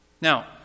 Now